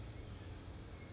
几时 orh